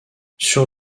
sur